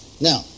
Now